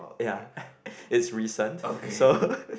ya it's recent so